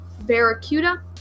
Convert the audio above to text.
Barracuda